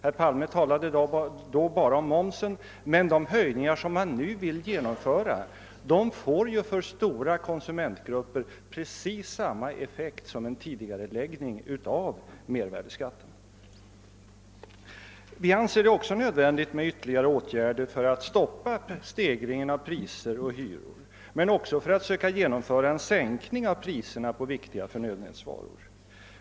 Herr Palme talade då bara om momsen, men de höjningar som man nu vill genomföra får för stora konsumentgrupper precis samma effekt som en tidigareläggning av höjningen av mervärdeskatten. Vi anser det nödvändigt med ytterli gare åtgärder för att stoppa stegringen av priser och hyror, men även för att genomföra en sänkning av priserna på viktiga nödvändighetsvaror.